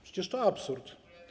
Przecież to absurd.